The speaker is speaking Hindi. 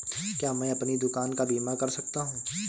क्या मैं अपनी दुकान का बीमा कर सकता हूँ?